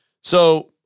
So-